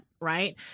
right